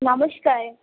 নমস্কার